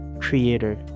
creator